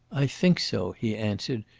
i think so, he answered,